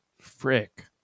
Frick